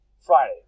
Friday